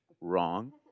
wrong